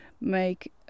make